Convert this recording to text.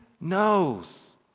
knows